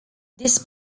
this